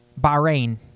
Bahrain